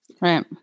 Right